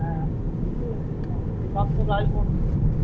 হ্যাঁ দিদি আমি শ্রীকান্ত রায় বলছি